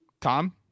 Tom